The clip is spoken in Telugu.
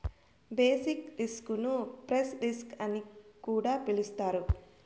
బేసిక్ రిస్క్ ను ప్రైస్ రిస్క్ అని కూడా పిలుత్తారు